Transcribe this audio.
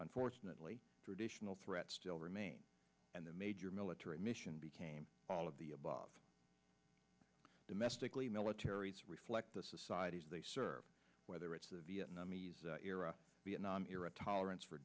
unfortunately threats still remain and the major military mission became all of the above domestically military reflect the societies they serve whether it's the vietnamese era vietnam era tolerance for